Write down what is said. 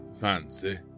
Fancy